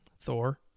Thor